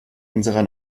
unserer